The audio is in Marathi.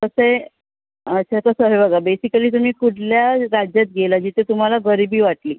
कसं आहे अच्छा कसं हे बघा बेसिकली तुम्ही कुठल्या राज्यात गेला जिथं तुम्हाला गरीबी वाटली